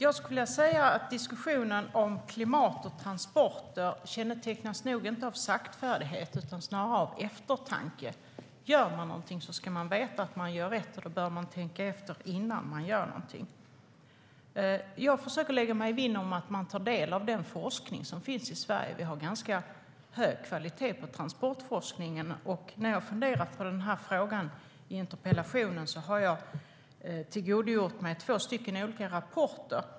Fru talman! Diskussionen om klimat och transporter kännetecknas nog inte av saktfärdighet utan snarare av eftertanke. Gör man någonting ska man veta att man gör rätt, och då bör man tänka efter innan man gör det. Jag försöker lägga mig vinn om att ta del av den forskning som finns i Sverige. Vi har ganska hög kvalitet på transportforskningen. När jag har funderat på frågorna i interpellationen har jag tillgodogjort mig två olika rapporter.